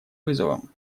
вызовом